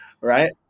Right